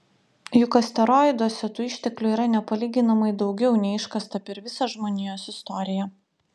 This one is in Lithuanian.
juk asteroiduose tų išteklių yra nepalyginamai daugiau nei iškasta per visą žmonijos istoriją